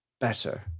better